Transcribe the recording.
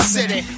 City